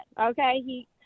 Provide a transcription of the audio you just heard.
okay